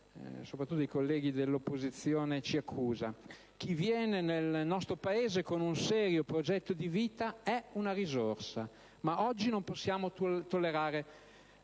soprattutto tra i colleghi dell'opposizione - ci accusa. Chi viene nel nostro Paese con un serio progetto di vita è una risorsa, ma oggi non possiamo più